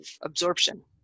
absorption